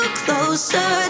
closer